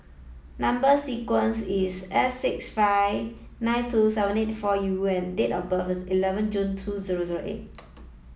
number sequence is S six five nine two seven eight four U and date of birth is eleven June two zero zero eight